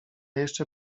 jeszcze